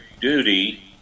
duty